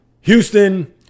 Houston